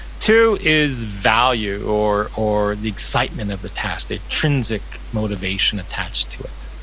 two is value or or the excitement of the task, the intrinsic motivation attached to it.